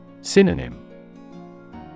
Synonym